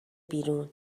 بیرون